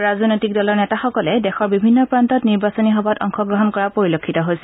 ৰাজনৈতিক দলৰ নেতাসকলে দেশৰ বিভিন্ন প্ৰান্তত নিৰ্বাচনী সভাত অংশগ্ৰহণ কৰা পৰিলক্ষিত হৈছে